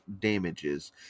damages